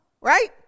Right